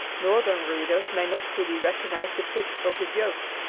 northern readers may not fully recognize the pith of the joke.